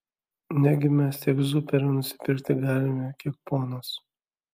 negi mes tiek zuperio nusipirkti galime kiek ponas